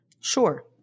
Sure